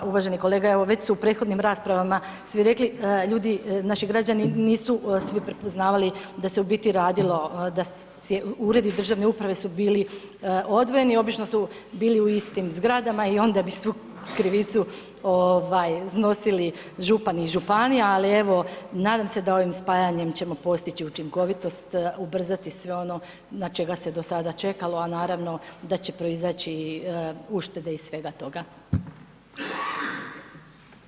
Da, uvaženi kolega, evo već su u prethodnim raspravama svi rekli, ljudi, naši građani nisu svi prepoznavali da se u biti radilo, da su uredi državne uprave bili odvojeni, obično su bili u istim zgradama i onda bi svu krivicu nosili župani i županije ali evo, nadam se da ovim spajanjem ćemo postići učinkovitost, ubrzati sve ono na čega se do sada čekalo a naravno da će proizaći uštede iz svega toga.